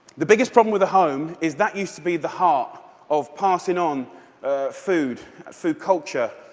the biggest problem with the home is that used to be the heart of passing on food so culture,